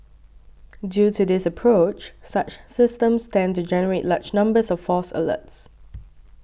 due to this approach such systems tend to generate large numbers of false alerts